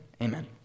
amen